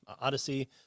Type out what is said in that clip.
Odyssey